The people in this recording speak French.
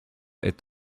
est